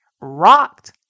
rocked